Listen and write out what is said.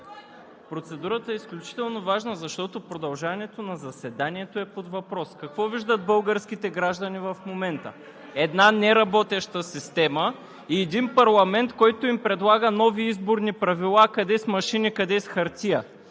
процедурата е изключително важна, защото продължаването на заседанието е под въпрос. Какво виждат българските граждани в момента? Една неработеща система и един парламент, който им предлага нови изборни правила – къде с машини, къде с хартия!